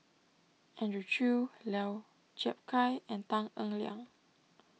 Andrew Chew Lau Chiap Khai and Tan Eng Liang